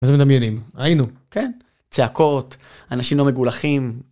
מה זה מדמיינים? היינו. כן, צעקות, אנשים לא מגולחים.